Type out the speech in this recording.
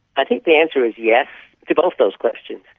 i think the answer is yes to both those questions.